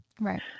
Right